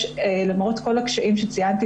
למעט כל הקשיים שציינתי,